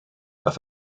auf